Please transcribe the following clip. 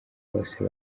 bose